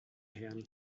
herrn